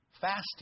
fasting